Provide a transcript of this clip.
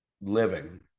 living